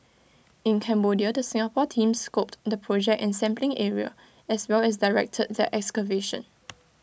in Cambodia the Singapore team scoped the project and sampling area as well as directed the excavation